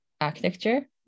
architecture